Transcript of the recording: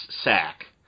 sack